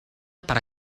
para